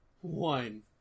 One